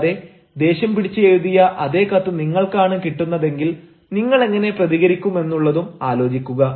കൂടാതെ ദേഷ്യം പിടിച്ച് എഴുതിയ അതേ കത്ത് നിങ്ങൾക്കാണ് കിട്ടുന്നതെങ്കിൽ നിങ്ങൾ എങ്ങനെ പ്രതികരിക്കുമെന്നുള്ളതും ആലോചിക്കുക